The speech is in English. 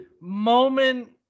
Moment